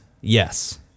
Yes